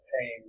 pain